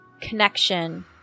connection